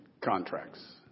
contracts